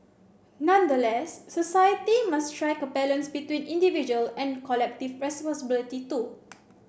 nonetheless society must strike a balance between individual and collective responsibility too